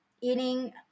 eating